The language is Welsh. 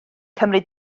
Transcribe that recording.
cymryd